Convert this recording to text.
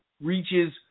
reaches